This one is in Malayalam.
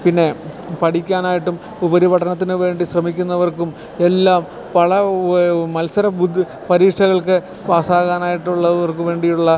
പിന്നെ പഠിക്കാനായിട്ടും ഉപരിപഠനത്തിനുവേണ്ടി ശ്രമിക്കുന്നവർക്കും എല്ലാം പല മത്സരബുദ്ധി പരീക്ഷകൾക്ക് പാസ്സാകാനായിട്ടുള്ളവർക്ക് വേണ്ടിയുള്ള